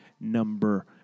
number